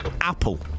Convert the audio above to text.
Apple